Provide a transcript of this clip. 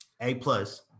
A-plus